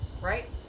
Right